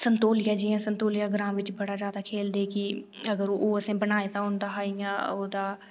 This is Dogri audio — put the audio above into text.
संतोलिया जां जियां संतोलिया ग्रांऽ बिच बड़ा जादा खेल्लदे कि ओह् असें इंया बनाए दा होंदा हा इंया